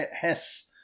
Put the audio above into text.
Hess